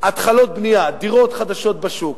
התחלות בנייה, דירות חדשות בשוק.